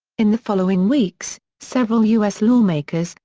in the following weeks, several u s. lawmakers,